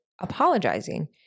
apologizing